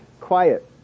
quiet